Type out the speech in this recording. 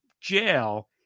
jail